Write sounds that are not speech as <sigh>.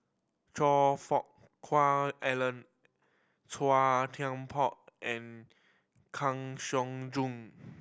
Choe Fook <unintelligible> Alan Chua Thian Poh and Kang Siong Joo <noise>